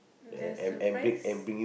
there's surprise